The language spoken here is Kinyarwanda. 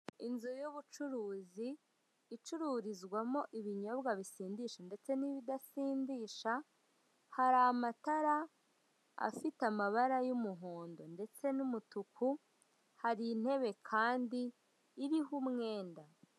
Inzu y'ubucuruzi icururizwamo ibinyobwa bisindisha ndetse n'ibidasindisha, hari amatara afite amabara y'umuhondo ndetse n'umutuku, hari intebe kandi iriho umwenda.